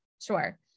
sure